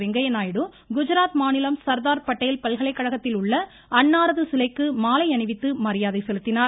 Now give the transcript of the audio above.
வெங்கைய நாயுடு குஜராத் மாநிலம் சர்தார் படேல் பல்கலைக்கழகத்தில் உள்ள அன்னாரது சிலைக்கு மாலை அணிவித்து மரியாதை செலுத்தினார்